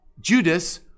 Judas